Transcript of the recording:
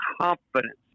confidence